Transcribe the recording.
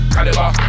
Caliber